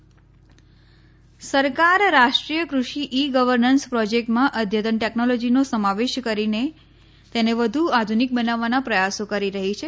જાવડેકર કૃષિ સરકાર રાષ્ટ્રીય કૃષિ ઈ ગર્વનન્સ પ્રોજેક્ટમાં અદ્યતન ટેકનોલોજીનો સમાવેશ કરીને તેને વધુ આધુનિક બનાવવાના પ્રયાસો કરી રહી છે